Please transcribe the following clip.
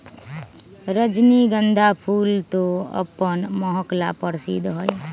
रजनीगंधा फूल तो अपन महक ला प्रसिद्ध हई